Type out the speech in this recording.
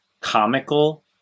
comical